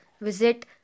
visit